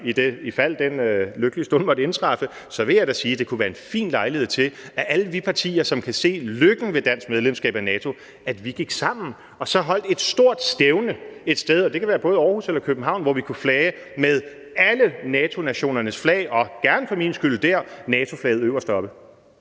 i fald den lykkelige stund måtte indtræffe, sige, at det kunne være en fin lejlighed til, at alle vi partier, som kan se lykken ved dansk medlemskab af NATO, gik sammen og holdt et stort stævne et sted – og det kunne være både i Aarhus eller i København – hvor vi kunne flage med alle NATO-nationernes flag og gerne for min skyld dér med NATO-flaget øverst oppe.